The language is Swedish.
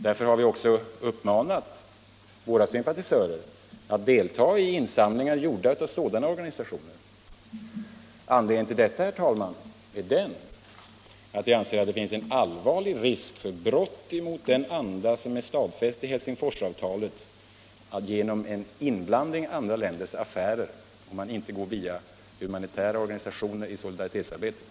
Därför har vi också uppmanat våra sympatisörer att delta i insamlingar gjorda av sådana organisationer. Anledningen till detta, herr talman, är den att vi anser att det finns en allvarlig risk för brott emot den anda som är stadfäst i Helsingforsavtalet, dvs. risk för inblandning i andra länders affärer, om man inte går via humanitära organisationer i solidaritetsarbetet.